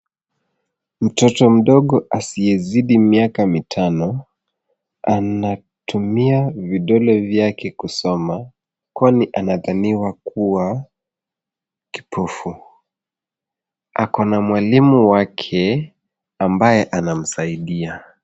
Mtoto mdogo asiyezidi miaka mitano anatumia vidole vyake kusoma kwani anadhaniwa kuwa kipofu. Ako na mwalimu wake ambaye anamsaidia.